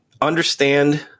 understand